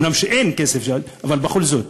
אומנם אין כסף, אבל בכל זאת.